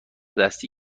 دستی